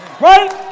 Right